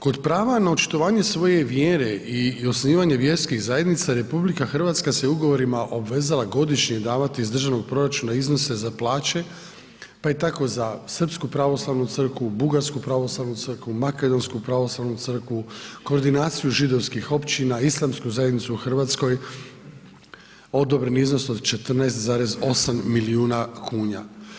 Kod prava na očitovanje svoje vjere i osnivanje vjerskih zajednica RH se ugovorima obvezala godišnje davati iz državnog proračuna iznose za plaće pa je tako za Srpsku pravoslavnu crkvu, Bugarsku pravoslavnu crkvu, Makedonsku pravoslavnu crkvu, koordinaciju židovskih općina, islamsku zajednicu u Hrvatskoj odobren iznos od 14,8 milijuna kuna.